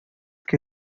que